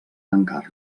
tancar